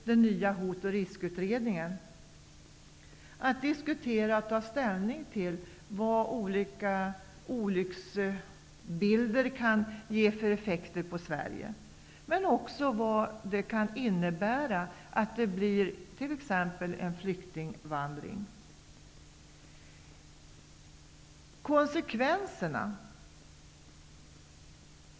Det gäller att diskutera och att ta ställning till vilka effekter som olika olycksbilder kan få för Sveriges del. Men det handlar också om vad t.ex. en flyktingvandring kan innebära för oss.